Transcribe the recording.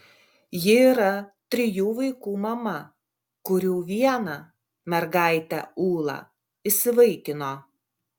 ji yra trijų vaikų mama kurių vieną mergaitę ūlą įsivaikino